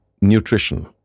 nutrition